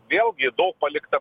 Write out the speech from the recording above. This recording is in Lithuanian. vėl daug palikta